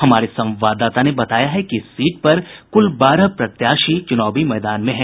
हमारे संवाददाता ने बताया है कि इस सीट पर कुल बारह प्रत्याशी चुनावी मैदान में हैं